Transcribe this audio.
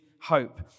hope